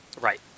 Right